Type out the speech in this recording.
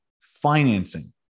financing